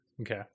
Okay